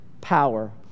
Power